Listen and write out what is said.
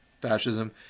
fascism